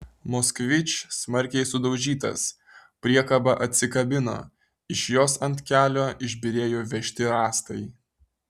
moskvič smarkiai sudaužytas priekaba atsikabino iš jos ant kelio išbyrėjo vežti rąstai